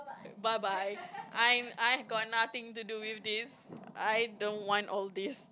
bye bye I'm I have got nothing to do with this I don't want all this